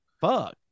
Fuck